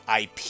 IP